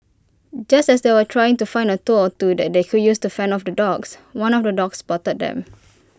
just as they were trying to find A tool or two that they could use to fend off the dogs one of the dogs spotted them